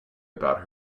about